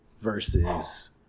versus